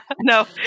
No